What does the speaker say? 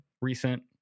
recent